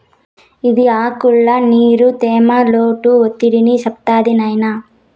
ఇది ఆకుల్ల నీరు, తేమ, లోటు ఒత్తిడిని చెప్తాది నాయినా